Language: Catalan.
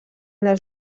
les